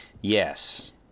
Yes